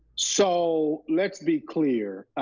so let's be clear.